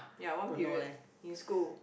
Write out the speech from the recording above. ya one period in school